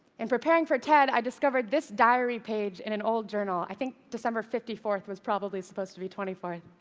in preparing for ted, i discovered this diary page in an old journal. i think december fifty fourth was probably supposed to be twenty fourth.